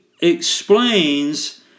explains